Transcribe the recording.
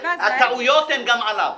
הטעויות הן גם עליו.